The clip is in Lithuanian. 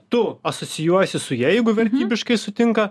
tu asocijuojiesi su ja jeigu vertybiškai sutinka